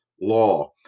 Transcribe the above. law